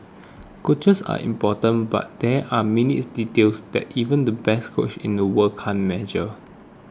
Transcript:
coaches are important but there are minutes details that even the best coach in the world can't measure